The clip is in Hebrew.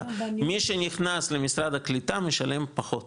מי שנכנס למשרד הקליטה, משלם פחות